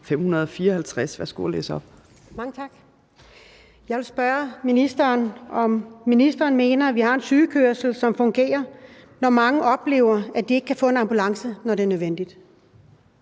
Blixt (DF): Mange tak. Jeg vil spørge ministeren, om ministeren mener, at vi har en sygekørsel, som fungerer, når mange oplever, at de ikke kan få en ambulance, når det er nødvendigt?